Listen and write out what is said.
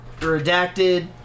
redacted